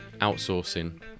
outsourcing